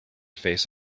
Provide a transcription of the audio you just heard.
face